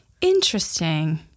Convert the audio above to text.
Interesting